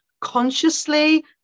consciously